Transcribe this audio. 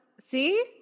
See